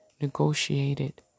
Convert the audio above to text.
negotiated